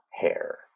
hair